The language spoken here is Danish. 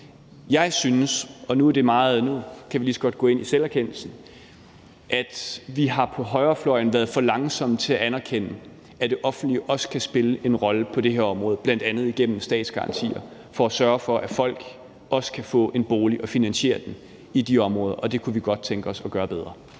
Jeg synes – og nu kan vi lige så godt gå ind i selverkendelsen – at vi på højrefløjen har været for langsomme til at anerkende, at det offentlige også kan spille en rolle på det her område, bl.a. igennem statsgarantier, for at sørge for, at folk også kan få en bolig og finansiere den i de områder, og det kunne vi godt tænke os at gøre bedre.